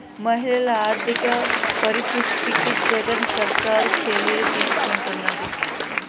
మహిళల ఆర్థిక పరిపుష్టికి జగన్ సర్కారు చర్యలు తీసుకుంటున్నది